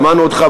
שמענו אותך,